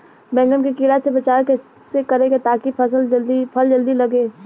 बैंगन के कीड़ा से बचाव कैसे करे ता की फल जल्दी लगे?